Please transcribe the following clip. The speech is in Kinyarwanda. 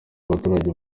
n’abaturage